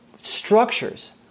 structures